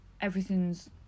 Everything's